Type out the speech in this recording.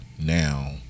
now